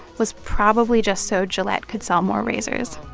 was probably just so gillette could sell more razors